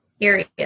areas